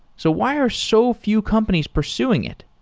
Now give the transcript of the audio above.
so why are so few companies pursuing it?